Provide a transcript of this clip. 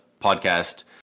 podcast